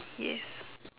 yes